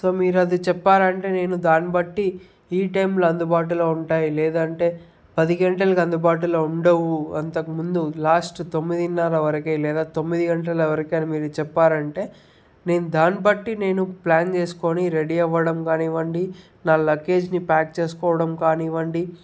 so మీరు అది చెప్పారంటే నేను దాన్ని బట్టి ఈ టైంలో అందుబాటులో ఉంటాయి లేదంటే పది గంటలకి అందుబాటులో ఉండవు అంతకుముందు లాస్ట్ తొమ్మిదిన్నర వరకే లేదా తొమ్మిది గంటల వరకే అని మీరు చెప్పారంటే నేను దాన్ని బట్టి నేను ప్లాన్ చేసుకొని రెడీ అవ్వడం కానివ్వండి నా లగేజిని ప్యాక్ చేసుకోవడం కానివ్వండి